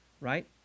right